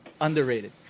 underrated